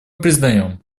признаем